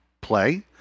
play